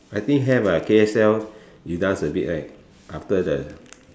I think have ah K_S_L you dance a bit right after the